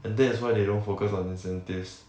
and that is why they don't focus on incentives